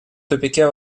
тупике